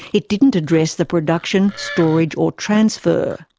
it didn't address the production, storage, or transfer.